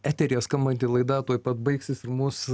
eteryje skambanti laida tuoj pat baigsis ir mus